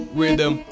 rhythm